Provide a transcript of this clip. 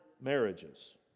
marriages